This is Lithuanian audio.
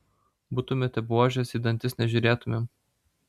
būtumėte buožės į dantis nežiūrėtumėm